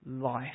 life